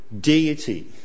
deity